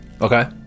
okay